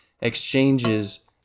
exchanges